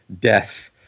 death